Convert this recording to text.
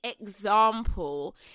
example